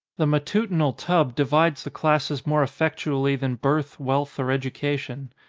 the ma tutinal tub divides the classes more effectually than birth, wealth, or education.